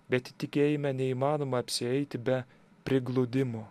bet tikėjime neįmanoma apsieiti be prigludimo